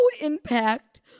impact